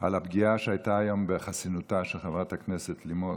על הפגיעה שהייתה היום בחסינותה של חברת הכנסת לימור